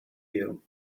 you